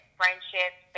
friendships